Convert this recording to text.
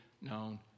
known